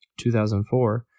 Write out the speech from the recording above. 2004